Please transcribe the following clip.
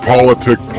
Politic